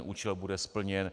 Účel bude splněn.